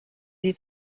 sie